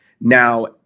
now